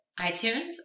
iTunes